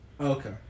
Okay